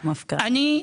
אני,